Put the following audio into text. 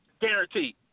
Guaranteed